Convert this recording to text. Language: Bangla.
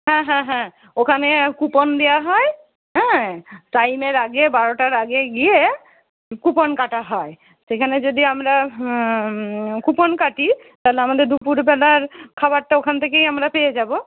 হ্যাঁ হ্যাঁ হ্যাঁ ওখানে কুপন দেওয়া হয় হ্যাঁ টাইমের আগে বারোটার আগে গিয়ে কুপন কাটা হয় সেখানে যদি আমরা কুপন কাটি তাহলে আমাদের দুপুরবেলার খাবারটা ওখান থেকেই আমরা পেয়ে যাব